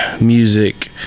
music